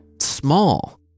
small